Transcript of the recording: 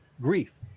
grief